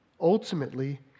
ultimately